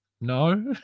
No